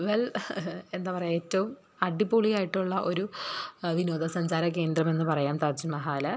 well എന്താ പറയുക ഏറ്റവും അടിപൊളി ആയിട്ടുള്ള ഒരു വിനോദസഞ്ചാര കേന്ദ്രം എന്നു പറയാം താജ് മഹൽ